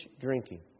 drinking